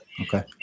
Okay